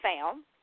found